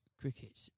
cricket